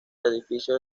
edificio